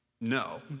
No